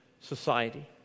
society